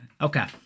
Okay